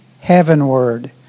heavenward